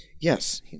Yes